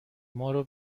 مارو